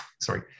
Sorry